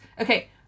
Okay